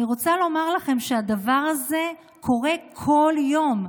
אני רוצה לומר לכם שהדבר הזה קורה כל יום.